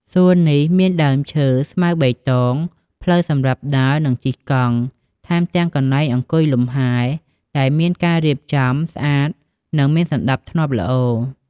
សួននេះមានដើមឈើ ស្មៅបៃតង ផ្លូវសម្រាប់ដើរនិងជិះកង់ ថែមទាំងកន្លែងអង្គុយលំហែ ដែលមានការរៀបចំបានស្អាតនិងមានសណ្តាប់ធ្នាប់ល្អ។